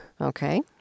Okay